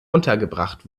untergebracht